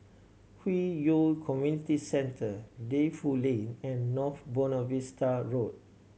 Hwi Yoh Community Centre Defu Lane and North Buona Vista Road